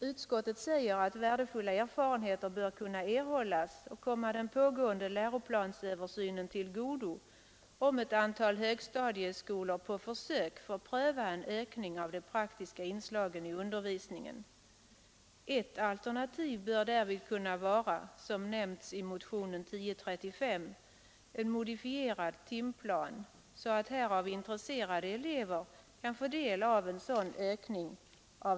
Utskottet säger att värdefulla erfarenheter bör kunna erhållas och komma den pågående läroplansöversynen till godo, om ett antal högstadieskolor på försök får pröva en ökning av de praktiska inslagen i undervisningen. Ett alternativ bör därvid kunna vara — som nämns i motionen 1035 — att modifiera timplanen så att praktiskt intresserade elever får del av en sådan ökning.